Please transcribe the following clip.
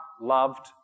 loved